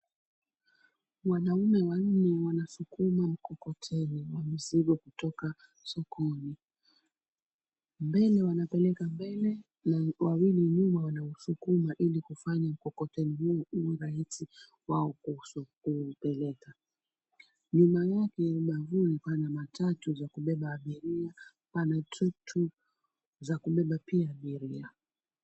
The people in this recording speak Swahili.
Wanaume wanne wanasukuma mkokoteni wa mizigo kutoka sokoni. Mbele wanaupeleka mbele na wawili nyuma wanasukuma ili kufanya mkokoteni huu uwe rahisi kwao kuupeleka. Nyuma yake ubavuni pana matatu za kubeba abiria. Pana tuktuk pia za kubeba pia abiria.